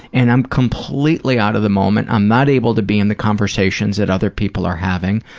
and i'm completely out of the moment, i'm not able to be in the conversations that other people are having,